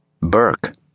Burke